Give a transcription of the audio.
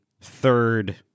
third